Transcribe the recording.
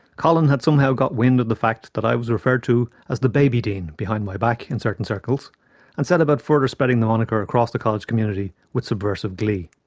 colin had somehow got wind of the fact that i was referred to as the baby dean behind my back in certain circles and set about further spreading the moniker across the college community with subversive glee.